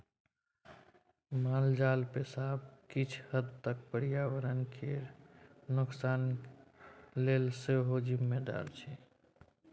मालजाल पोसब किछ हद तक पर्यावरण केर नोकसान लेल सेहो जिम्मेदार छै